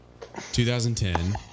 2010